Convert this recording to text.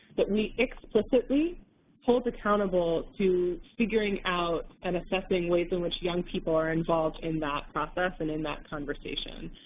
that we explicitly hold accountable to figuring out and assessing ways in which young people are involved in that process and in that conversation.